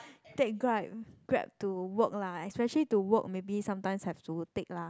take Grab Grab to work lah especially to work maybe sometimes have to take lah